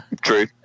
true